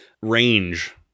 range